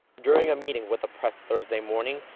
during a meeting with the press thursday morning,